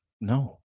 no